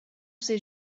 sait